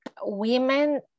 women